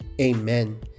Amen